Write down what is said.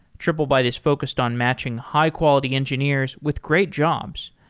triplebyte is focused on matching high-quality engineers with great jobs.